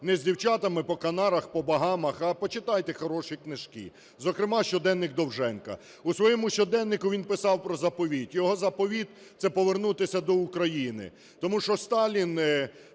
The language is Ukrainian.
не з дівчатами по Канарах, по Багамах, а почитайте хороші книжки, зокрема щоденник Довженка. У своєму щоденнику він писав про заповіт. Його заповіт – це повернутися до України, тому що Сталін